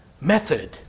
method